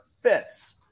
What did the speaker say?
fits